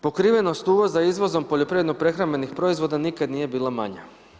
Pokrivenost uvoza izvozom poljoprivredno-prehrambenih proizvoda nikad nije bila manja.